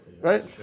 right